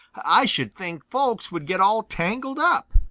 i should think folks would get all tangled up.